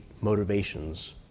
motivations